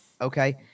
Okay